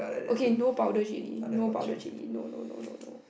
okay no powder chilli no power chilli no no no no